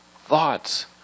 thoughts